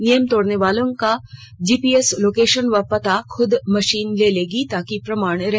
नियम तोड़ने वालों का जीपीएस लोकेशन व पता मशीन खुद ले लेगी ताकि प्रमाण रहे